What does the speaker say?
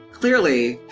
clearly